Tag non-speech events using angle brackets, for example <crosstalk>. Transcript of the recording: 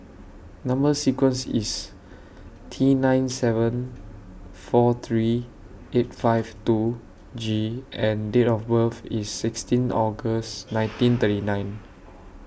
Number sequence IS T nine seven four three eight five two G and Date of birth IS sixteen August <noise> nineteen thirty nine